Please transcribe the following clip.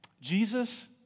Jesus